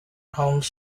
homes